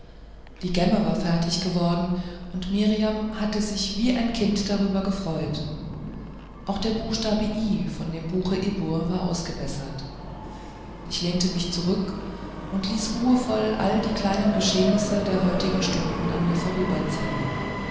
die gemme war fertig geworden und mirjam hatte sich wie ein kind darüber gefreut auch der buchstabe i in dem buche ibbur war ausgebessert ich lehnte mich zurück und ließ ruhevoll all die kleinen geschehnisse der heutigen stunden an mir